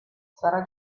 sarà